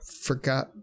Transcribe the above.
Forgot